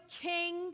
king